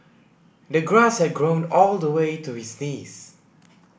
the grass had grown all the way to his knees